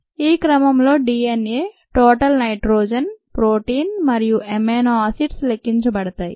ఈ క్రమంలో DNA total nitrogen protein మరియు అమైనో యాసిడ్స్ లెక్కించబడతాయి